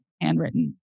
handwritten